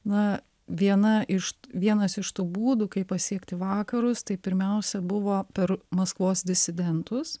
na viena iš vienas iš tų būdų kaip pasiekti vakarus tai pirmiausia buvo per maskvos disidentus